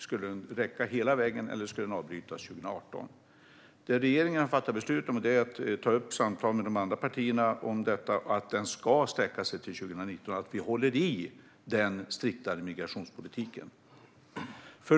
Skulle den räcka hela vägen, eller skulle den avbrytas 2018? Det regeringen har fattat beslut om är att inleda samtal med de andra partierna om att den ska sträcka sig till 2019 - att vi håller i den striktare migrationspolitiken.